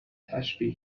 تشبیه